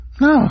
No